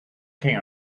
king